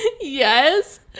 yes